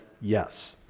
yes